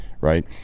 Right